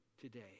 today